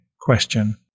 question